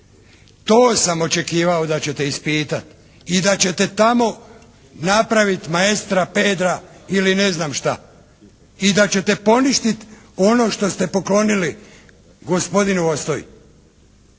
To sam očekivao da ćete ispitat i da ćete tamo napraviti Maestra Pedra ili ne znam šta. I da ćete poništit ono što ste poklonili gospodinu Ostoji.